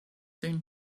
soon